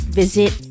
visit